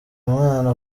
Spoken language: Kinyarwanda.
mwana